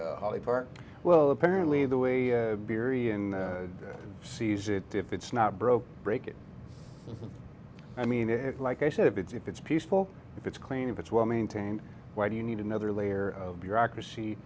a park well apparently the way beery in sees it if it's not broke break it i mean like i said if it's if it's peaceful if it's clean if it's well maintained why do you need another layer of bureaucracy